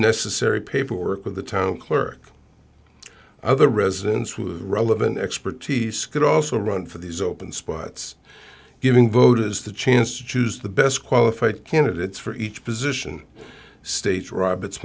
necessary paperwork with the town clerk other residents with relevant expertise could also run for these open spots giving voters the chance to choose the best qualified candidates for each position states rob it's